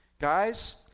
Guys